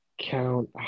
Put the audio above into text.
count